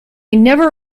never